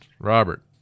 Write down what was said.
Robert